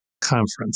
conference